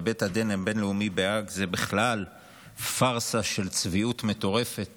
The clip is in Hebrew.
ובית הדין הבין-לאומי בהאג זה בכלל פארסה של צביעות מטורפת